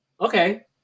Okay